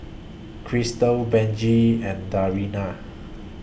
Christal Benji and Dariana